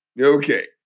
Okay